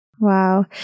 Wow